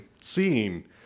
scene